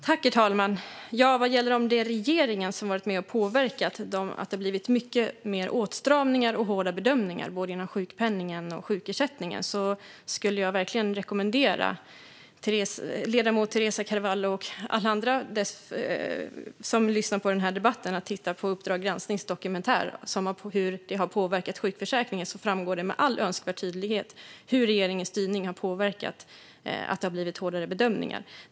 Herr ålderspresident! Vad gäller frågan om huruvida regeringen har varit med och påverkat så att det har blivit mycket mer åtstramningar och hårdare bedömningar när det gäller både sjukpenningen och sjukersättningen skulle jag verkligen vilja rekommendera ledamoten Teresa Carvalho och alla som lyssnar på denna debatt att titta på Uppdrag gransknings dokumentär om detta. Där framgår med all önskvärd tydlighet hur regeringens styrning har påverkat så att det har blivit hårdare bedömningar.